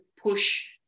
push